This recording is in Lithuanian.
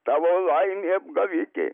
tavo laimė apgavikė